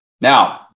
Now